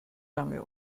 lange